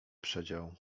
przedział